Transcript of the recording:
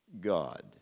God